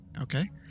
Okay